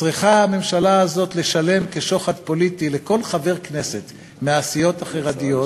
צריכה הממשלה הזאת לשלם כשוחד פוליטי לכל חבר כנסת מהסיעות החרדיות